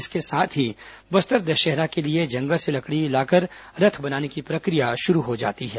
इसके साथ ही बस्तर दशहरा के लिए जंगल से लकड़ी लाकर रथ बनाने की प्रक्रिया शुरू हो जाती है